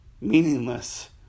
meaningless